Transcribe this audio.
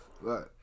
Right